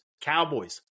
Cowboys